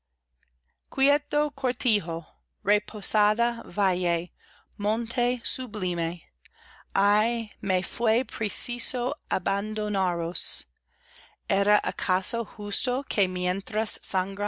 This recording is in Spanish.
valle monte sublime ay me fué preciso abandonaros era acaso justo ue mientras